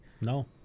No